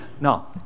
No